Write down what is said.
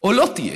או לא תהיה